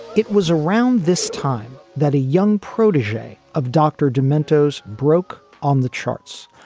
it was around this time that a young protege of dr. de mentos broke on the charts,